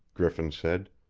griffin said.